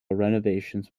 renovations